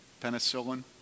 penicillin